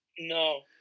No